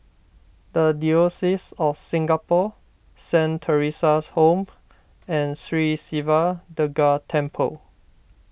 the Diocese of Singapore Saint theresa's Home and Sri Siva Durga Temple